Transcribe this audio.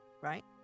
right